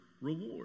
reward